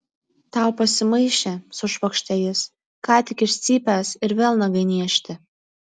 tau pasimaišė sušvokštė jis ką tik iš cypęs ir vėl nagai niežti